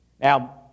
Now